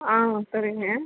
ஆ சரிங்க